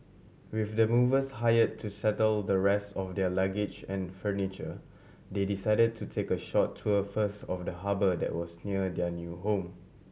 with the movers hire to settle the rest of their luggage and furniture they decided to take a short tour first of the harbour that was near their new home